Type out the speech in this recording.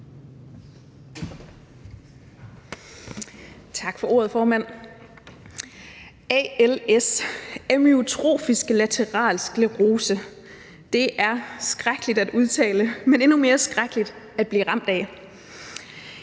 Tak for ordet, formand. Amyotrofisk lateral sklerose, als, er skrækkeligt at udtale, men endnu mere skrækkeligt at blive ramt af,